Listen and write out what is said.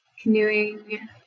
canoeing